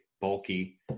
bulky